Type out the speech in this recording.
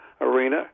arena